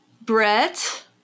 Brett